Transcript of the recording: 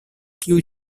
kiu